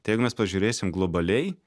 tai jeigu mes pažiūrėsim globaliai